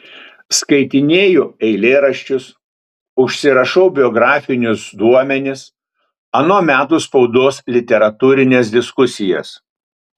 skaitinėju eilėraščius užsirašau biografinius duomenis ano meto spaudos literatūrines diskusijas